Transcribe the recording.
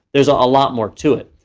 there's a lot more to it.